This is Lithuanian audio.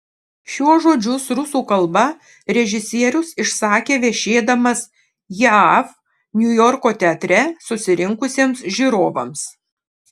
šiuos žodžius rusų kalba režisierius išsakė viešėdamas jav niujorko teatre susirinkusiems žiūrovams